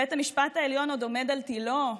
בית המשפט העליון עוד עומד על תילו,